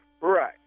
Right